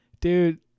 Dude